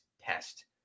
test